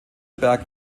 berg